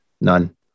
None